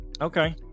okay